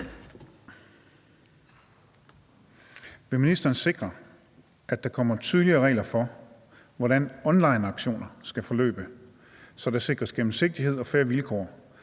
Vil ministeren sikre, at der kommer tydeligere regler for, hvordan onlineauktioner skal forløbe, så der sikres gennemsigtighed og fair vilkår,